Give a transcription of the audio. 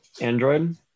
Android